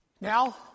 Now